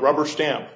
rubber stamp